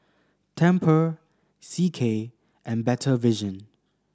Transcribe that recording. Temper C K and Better Vision